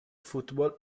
football